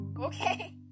Okay